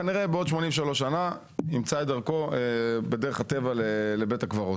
כנראה בעוד 83 שנים ימצא את דרכו בדרך הטבע לבית הקברות.